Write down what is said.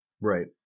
Right